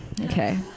Okay